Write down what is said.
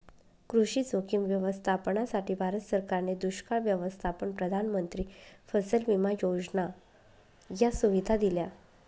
कृषी जोखीम व्यवस्थापनासाठी, भारत सरकारने दुष्काळ व्यवस्थापन, प्रधानमंत्री फसल विमा योजना या सुविधा दिल्या